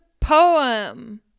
poem